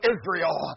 Israel